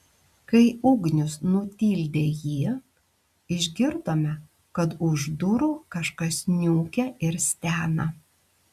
kai ugnius nutildė jį išgirdome kad už durų kažkas niūkia ir stena